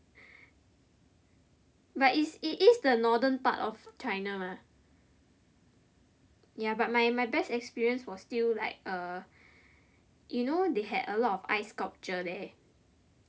but it's it is the northen part of China mah ya but my but my best experience was still like er you know they had a lot of ice sculpture there